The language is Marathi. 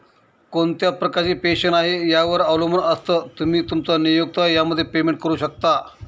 कोणत्या प्रकारची पेन्शन आहे, यावर अवलंबून असतं, तुम्ही, तुमचा नियोक्ता यामध्ये पेमेंट करू शकता